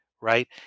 right